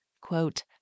quote